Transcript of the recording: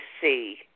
see